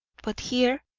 but here,